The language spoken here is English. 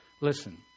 Listen